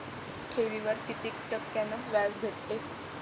ठेवीवर कितीक टक्क्यान व्याज भेटते?